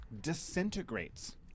disintegrates